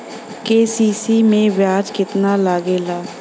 KCC में ब्याज कितना लागेला?